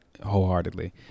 wholeheartedly